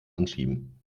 anschieben